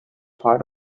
part